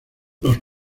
los